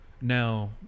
Now